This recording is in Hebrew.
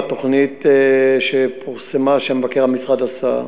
בתוכנית שפורסם שמבקר המשרד עשה,